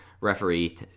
referee